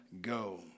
go